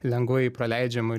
lengvai praleidžiama